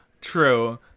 true